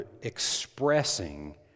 expressing